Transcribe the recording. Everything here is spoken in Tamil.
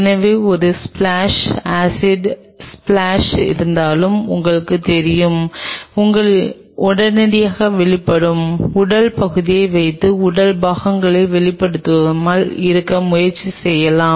எனவே ஒரு ஸ்பிளாஸ் ஆசிட் ஸ்பிளாஸ் இருந்தாலும் உங்களுக்குத் தெரியும் உடனடியாக வெளிப்படும் உடல் பகுதியை வைத்து உடல் பாகங்களை வெளிப்படுத்தாமல் இருக்க முயற்சி செய்யலாம்